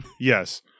Yes